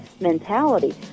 mentality